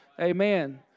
Amen